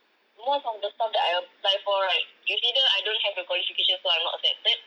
most of the stuff that I apply for right it's either I don't have the qualifications so I'm not accepted